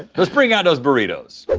let's bring out those burritos. but